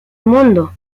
mundo